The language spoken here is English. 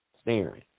Staring